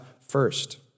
first